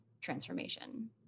transformation